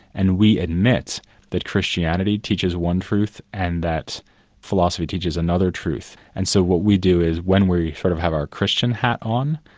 and we admit that christianity teaches one truth and that philosophy teaches another truth, and so what we do is, when we sort of have our christian hat on,